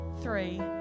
three